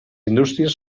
indústries